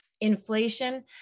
Inflation